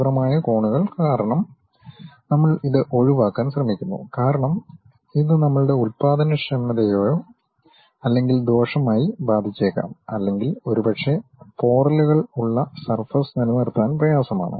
തീവ്രമായ കോണുകൾ കാരണം നമ്മൾ ഇത് ഒഴിവാക്കാൻ ശ്രമിക്കുന്നു കാരണം ഇത് നമ്മളുടെ ഉൽപാദനക്ഷമതയെയോ അല്ലെങ്കിൽ ദോഷമായി ബാധിച്ചേക്കാം അല്ലെങ്കിൽ ഒരുപക്ഷേ പോറലുകൾ ഉള്ള സർഫസ് നിലനിർത്താൻ പ്രയാസമാണ്